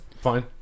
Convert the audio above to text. fine